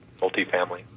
multifamily